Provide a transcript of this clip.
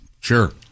Sure